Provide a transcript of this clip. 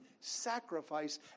sacrifice